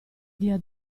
dia